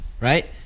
right